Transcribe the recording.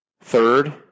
Third